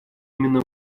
именно